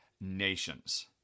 nations